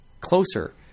closer